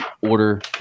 order